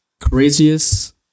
craziest